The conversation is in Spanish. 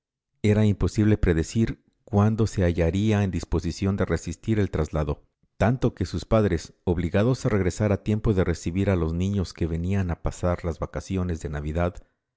era imposible predecir cuándo se hallaría en disposición de resistir el traslado tanto que sus padres obligados a regresar a tiempo de recibir a los niños que venían a pasar las vacaciones de navidad